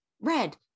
red